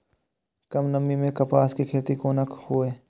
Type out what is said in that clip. कम नमी मैं कपास के खेती कोना हुऐ?